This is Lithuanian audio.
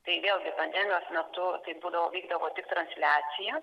tai vėlgi pandemijos metu tai būdavo vykdavo tik transliacija